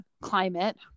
climate